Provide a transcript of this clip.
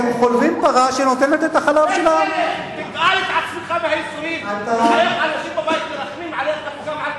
תראה איך אנשים בבית מרחמים עליך וגם על בן-סימון.